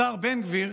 השר בן גביר,